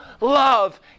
love